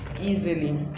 easily